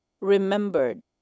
remembered